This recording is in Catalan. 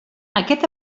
aquest